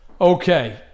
Okay